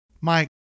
Mike